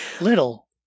Little